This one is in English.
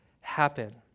happen